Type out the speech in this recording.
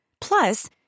Plus